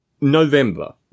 November